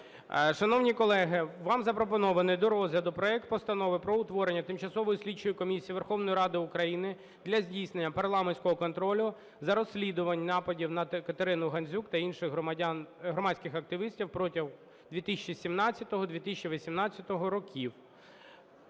Шановні колеги, вам запропонований до розгляду проект Постанови про утворення Тимчасової слідчої комісії Верховної Ради України для здійснення парламентського контролю за розслідуванням нападів на Катерину Гандзюк та інших громадських активістів протягом 2017-2018 років.